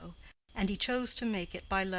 and he chose to make it by letter.